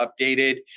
updated